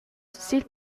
sil